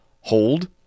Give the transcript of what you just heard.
hold